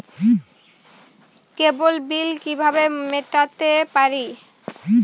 কেবল bill কিভাবে মেটাতে পারি?